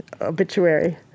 obituary